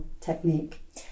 technique